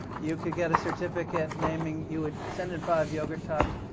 you could get a certificate naming you would send in five yogurt tops